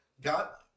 got